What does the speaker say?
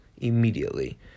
immediately